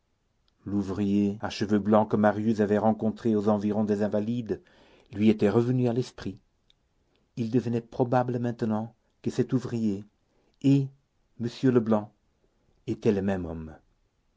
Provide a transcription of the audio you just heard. l'ouvrier à cheveux blancs que marius avait rencontré aux environs des invalides lui était revenu à l'esprit il devenait probable maintenant que cet ouvrier et m leblanc étaient le même homme